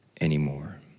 anymore